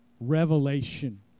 revelation